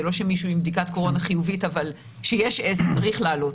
זה לא שמישהו עם בדיקת קורונה חיובית אבל כשיש S הוא צריך לעלות.